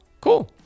Cool